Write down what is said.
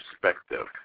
perspective